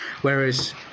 Whereas